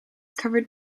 covered